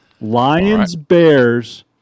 Lions-Bears